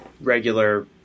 regular